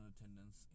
attendance